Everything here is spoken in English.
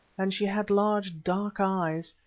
and she had large dark eyes,